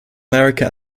america